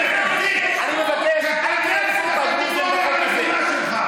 התנתקות בעזה,